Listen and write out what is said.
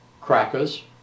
crackers